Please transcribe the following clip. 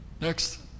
Next